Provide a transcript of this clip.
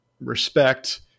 respect